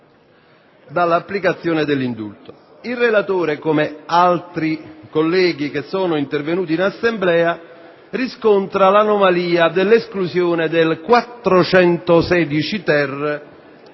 dall'applicazione dell'indulto; il relatore, come altri colleghi intervenuti in Assemblea, riscontra l'anomalia dell'esclusione dell'articolo